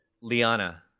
Liana